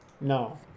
No